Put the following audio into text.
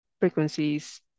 frequencies